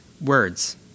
words